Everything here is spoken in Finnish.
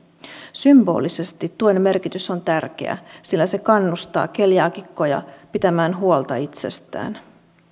symbolisesti tuen merkitys on tärkeä sillä se kannustaa keliaakikkoja pitämään huolta itsestään